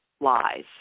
lies